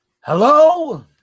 Hello